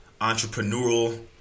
Entrepreneurial